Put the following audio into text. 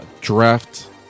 draft